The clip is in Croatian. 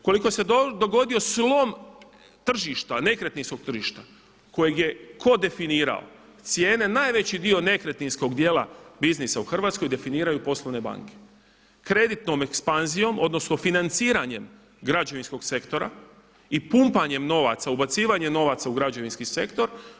Ukoliko se dogodio slom tržišta, nekretninskog tržišta kojeg je tko definirao cijene najveći dio nekretninskog dijela biznisa u Hrvatskoj definiraju poslovne banke kreditnom ekspanzijom, odnosno financiranjem građevinskog sektora i pumpanjem novaca, ubacivanje novaca u građevinski sektor.